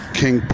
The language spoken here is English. king